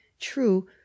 True